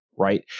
Right